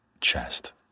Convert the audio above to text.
chest